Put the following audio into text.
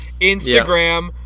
instagram